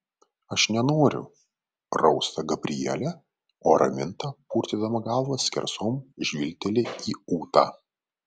aš nenoriu rausta gabrielė o raminta purtydama galvą skersom žvilgteli į ūtą